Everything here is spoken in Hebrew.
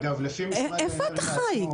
איפה אתה חיי?